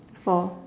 four